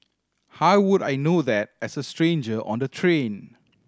how would I know that as a stranger on the train